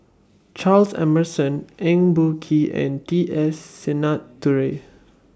Charles Emmerson Eng Boh Kee and T S Sinnathuray